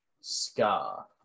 Scar